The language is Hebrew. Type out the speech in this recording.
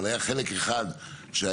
אבל היה חלק אחד שהיה,